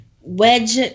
Wedge